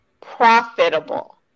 profitable